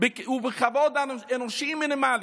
ובכבוד אנושי מינימלי.